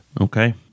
Okay